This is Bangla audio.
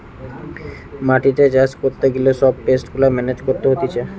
মাটিতে চাষ করতে গিলে সব পেস্ট গুলা মেনেজ করতে হতিছে